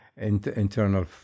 Internal